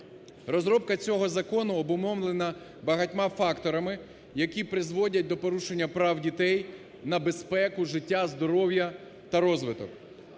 Розробка цього закону обумовлена багатьма факторами, які призводять до порушення прав дітей на безпеку, життя, здоров'я та розвиток.